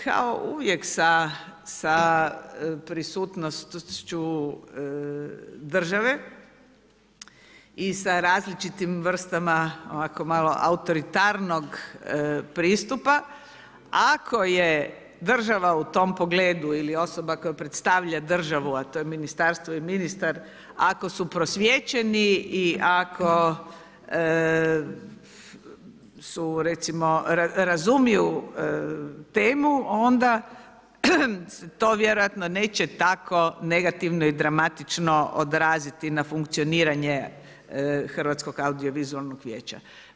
Kao uvijek sa prisutnošću države i sa različitim vrstama ovako malo autoritarnog pristupa, ako je država u tom pogledu ili osoba koja predstavlja državu a to je ministarstvo i ministar ako su prosvjećeni i ako recimo razumiju temu, onda se to vjerojatno neće negativno i dramatično odraziti na funkcioniranje Hrvatskog audio-vizualnog vijeća.